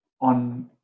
on